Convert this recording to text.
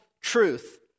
truth